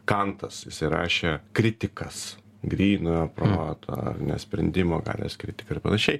kantas rašė kritikas grynojo proto ar ne sprendimo galios kritika ir panašiai